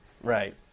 Right